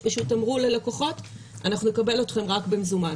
שפשוט אמרו ללקוחות: אנחנו נקבל אתכם רק במזומן.